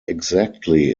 exactly